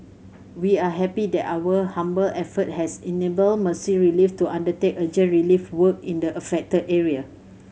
we are happy that our humble effort has enabled Mercy Relief to undertake urgent relief work in the affected area